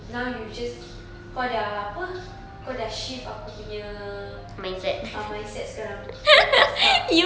now you just kau dah apa kau dah shift aku punya ah mindset sekarang to pasta